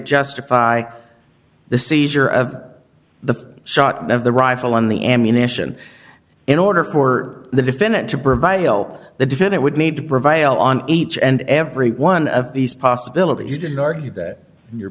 justify the seizure of the shot of the rifle on the ammunition in order for the defendant to prevail the defendant would need to prevail on each and every one of these possibilities been argued that you're